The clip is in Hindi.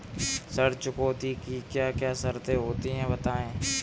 ऋण चुकौती की क्या क्या शर्तें होती हैं बताएँ?